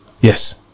Yes